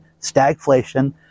Stagflation